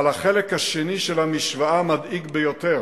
אבל החלק השני של המשוואה מדאיג ביותר.